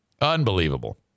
Unbelievable